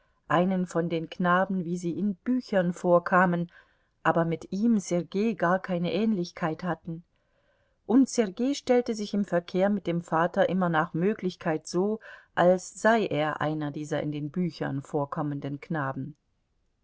einen von den knaben wie sie in büchern vorkamen aber mit ihm sergei gar keine ähnlichkeit hatten und sergei stellte sich im verkehr mit dem vater immer nach möglichkeit so als sei er einer dieser in den büchern vorkommenden knaben